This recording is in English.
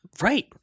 Right